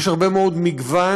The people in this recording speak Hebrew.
יש הרבה מאוד מגוון,